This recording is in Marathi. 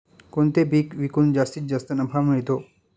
कोणते पीक विकून जास्तीत जास्त नफा मिळतो?